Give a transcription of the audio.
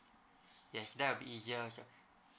yes that will be easier as well